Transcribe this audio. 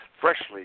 freshly